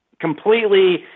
completely